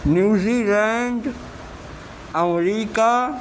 New Zealand America